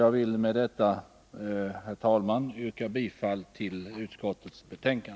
Jag vill med det anförda yrka bifall till utskottets hemställan.